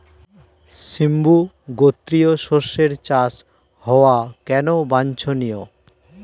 সিম্বু গোত্রীয় শস্যের চাষ হওয়া কেন বাঞ্ছনীয়?